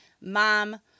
mom